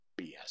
BS